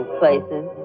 places